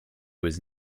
was